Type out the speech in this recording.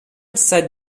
sat